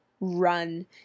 run